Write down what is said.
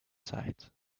sight